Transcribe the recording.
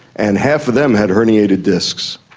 and half of them had herniated discs.